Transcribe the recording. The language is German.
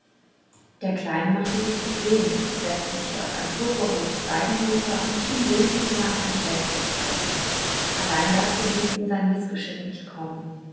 der kleine machte sich's bequem setzte sich auf ein purpurrotes seidensofa und schien willens zu sein ein schläfchen zu halten allein dazu ließ ihn sein mißgeschick nicht kommen